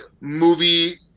movie